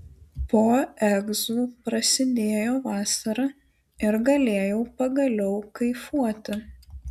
po egzų prasidėjo vasara ir galėjau pagaliau kaifuoti